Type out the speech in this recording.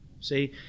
See